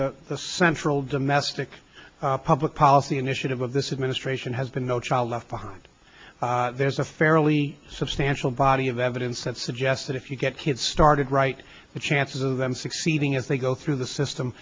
the central domestic public policy initiative of this administration has been no child left behind there's a fairly substantial body of evidence that suggests that if you get kids started right the chances of them succeeding as they go through the system